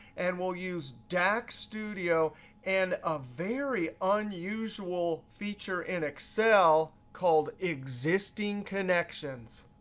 and we'll use dax studio and a very unusual feature in excel called existing connections.